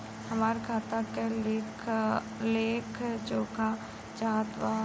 हमरा खाता के लेख जोखा चाहत बा?